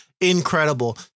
Incredible